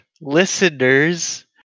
listeners